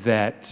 that